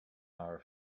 our